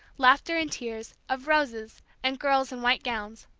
laughter and tears, of roses, and girls in white gowns.